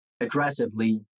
aggressively